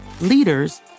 leaders